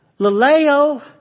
laleo